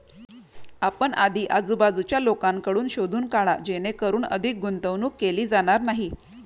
आपण आधी आजूबाजूच्या लोकांकडून शोधून काढा जेणेकरून अधिक गुंतवणूक केली जाणार नाही